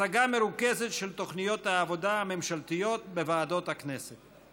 הצגה מרוכזת של תוכניות העבודה הממשלתיות בוועדות הכנסת.